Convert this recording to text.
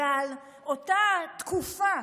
ועל אותה תקופה